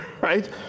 right